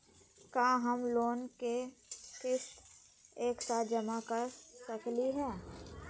का हम लोन के किस्त एक साथ जमा कर सकली हे?